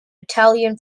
italian